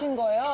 and going